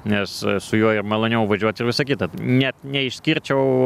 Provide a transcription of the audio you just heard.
nes su juo ir maloniau važiuoti ir visa kita net neišskirčiau